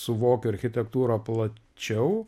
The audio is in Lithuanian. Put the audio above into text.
suvokiu architektūrą plačiau